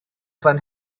fan